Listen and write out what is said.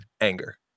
anger